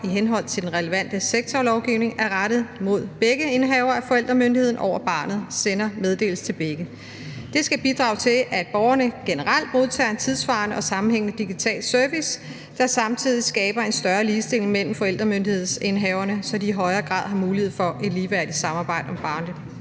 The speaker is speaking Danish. i henhold til den relevante sektorlovgivning er rettet mod begge indehavere af forældremyndigheden over barnet, sender meddelelse til begge. Det skal bidrage til, at borgerne generelt modtager en tidssvarende og sammenhængende digital service, der samtidig skaber en større ligestilling mellem forældremyndighedsindehaverne, så de i højere grad har mulighed for et ligeværdigt samarbejde om barnets